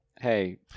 hey